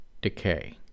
decay